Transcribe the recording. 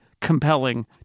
compelling